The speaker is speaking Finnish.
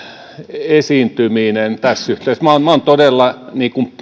esiintyminen tässä yhteydessä minä olen todella